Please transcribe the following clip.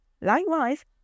Likewise